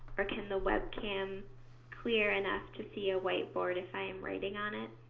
or can the webcam clear enough to see a whiteboard if i am writing on it?